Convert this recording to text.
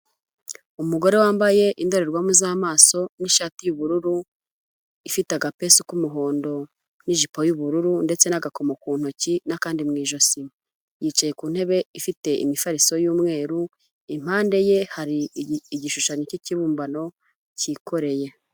Umugore wambaye indorerwamo z'amaso ni'shati y'ubururu, ifite agapesu k'umuhondo, n'ijipo y'ubururu ndetse n'agakomo ku ntoki n'akandi mu ijosi. Yicaye ku ntebe ifite imifariso y'umweru, impande ye hari igishushanyo k'ikibumbano, kikoreye.